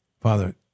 Father